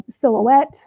silhouette